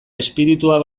espiritua